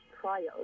trials